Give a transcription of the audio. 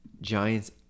Giants